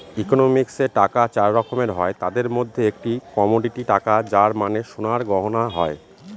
ইকোনমিক্সে টাকা চার রকমের হয় তাদের মধ্যে একটি কমোডিটি টাকা যার মানে সোনার গয়না হয়